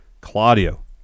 Claudio